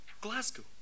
Glasgow